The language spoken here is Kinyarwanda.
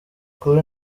kuba